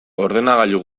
ordenagailu